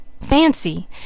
Fancy